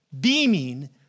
beaming